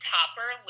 Topper